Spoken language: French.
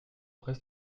brest